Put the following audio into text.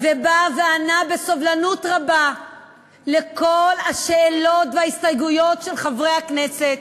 ובא וענה בסובלנות רבה על כל השאלות וההסתייגויות של חברי הכנסת.